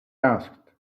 asked